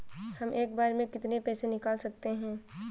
हम एक बार में कितनी पैसे निकाल सकते हैं?